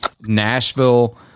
Nashville